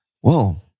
whoa